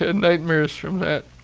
ah nightmares from that